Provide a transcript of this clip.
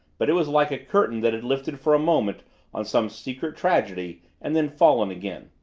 but it was like a curtain that had lifted for a moment on some secret tragedy and then fallen again.